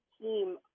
team